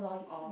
oh